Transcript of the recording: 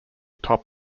top